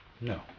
No